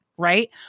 right